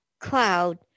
cloud